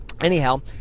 Anyhow